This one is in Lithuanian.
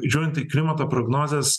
žiūrint į klimato prognozes